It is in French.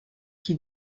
qui